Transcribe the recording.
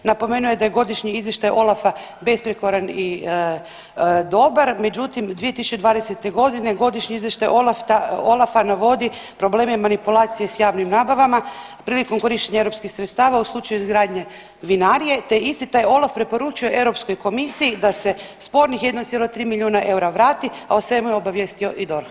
Napomenuo je da je godišnji izvještaj OLAF-a besprijekoran i dobar, međutim 2020.g. godišnji izvještaj OLAF-a navodi probleme manipulacije s javnim nabavama prilikom korištenja europskih sredstava u slučaju izgradnje vinarije, te isti taj OLAF preporučuje Europskoj komisiji da se spornih 1,3 milijuna eura vrati, a o svemu je obavijestio i DORH.